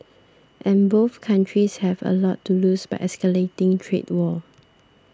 and both countries have a lot to lose by escalating trade war